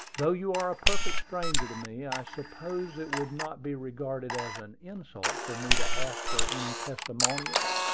though you are a perfect stranger to me, i suppose it would not be regarded as an insult for me to ask for any testimonials.